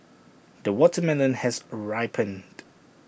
the watermelon has ripened